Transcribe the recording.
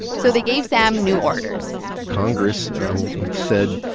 so they gave sam new orders congress said,